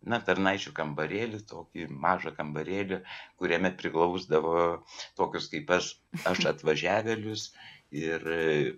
na tarnaičių kambarėlį tokį mažą kambarėlį kuriame priglausdavo tokius kaip aš aš atvažiavėlius ir